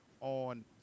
on